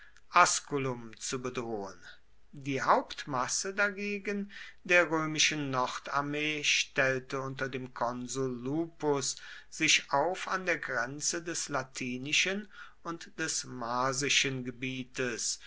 asculum zu bedrohen die hauptmasse dagegen der römischen nordarmee stellte unter dem konsul lupus sich auf an der grenze des latinischen und des marsischen gebietes